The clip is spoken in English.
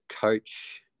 coach